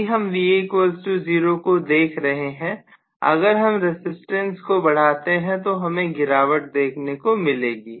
अभी हम Va0 को देख रहे हैं अगर हम रजिस्टेंस को बढ़ाते हैं तो हमें गिरावट देखने को मिलेगी